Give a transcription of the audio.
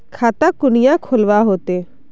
खाता कुनियाँ खोलवा होते?